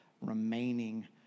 remaining